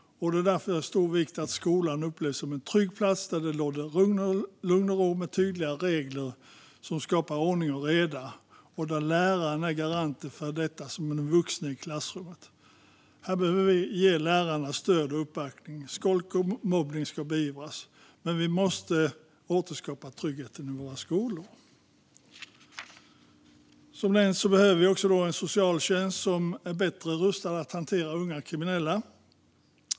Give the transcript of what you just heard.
Det är därför av stor vikt att skolan upplevs som en trygg plats där det råder lugn och ro och tydliga regler som skapar ordning och reda och att läraren är garanten för detta som den vuxne i klassrummet. Här behöver lärarna ges stöd och uppbackning. Skolk och mobbning ska beivras. Vi måste återskapa tryggheten i våra skolor. Som nämnts behöver vi även en socialtjänst som är bättre rustad att hantera unga kriminella.